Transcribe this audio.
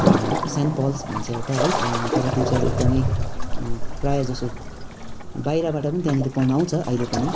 saint Paul's भन्छ एउटा है तर त्यो चाहिँ एकदमै प्रायः जस्तो बाहिरबाट पनि त्यहाँनिर पढनु आउँछ अहिले पनि